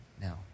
Now